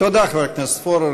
תודה, חבר הכנסת פורר.